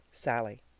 sallie.